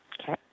Okay